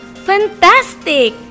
Fantastic